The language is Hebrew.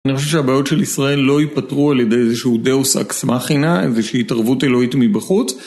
אני חושב שהבעיות של ישראל לא ייפתרו על ידי איזה שהוא דאוס אקס מכינה, איזושהי התערבות אלוהית מבחוץ..